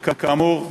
וכאמור,